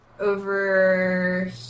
Over